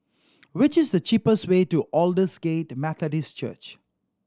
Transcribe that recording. which is the cheapest way to Aldersgate Methodist Church